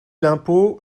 l’impôt